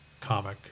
comic